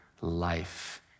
life